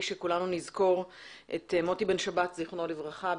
שכולנו נזכור את מוטי בן שבת זיכרונו לברכה,